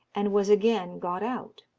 and was again got out.